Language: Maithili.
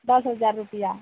दश हजार रुपआ